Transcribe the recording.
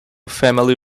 family